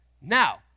Now